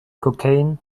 cocaine